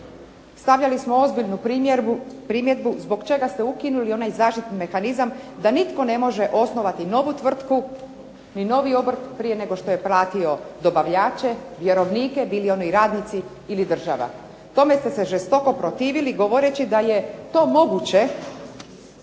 stavljali smo ozbiljnu primjedbu zbog čega ste ukinuli onaj zaštitni mehanizam da nitko ne može osnovati novu tvrtku, ni novi obrt prije nego što je platio dobavljače, vjerovnike, bili oni radnici ili država. Tome ste se žestoko protivili govoreći da je to moguće